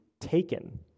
taken